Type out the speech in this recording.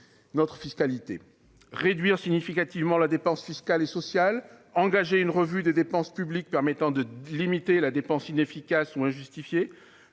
notre fiscalité : réduire significativement la dépense fiscale et sociale ; engager une revue des dépenses publiques permettant de limiter la dépense inefficace ou injustifiée